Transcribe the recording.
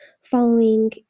following